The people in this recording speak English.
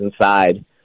inside